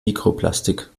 mikroplastik